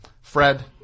Fred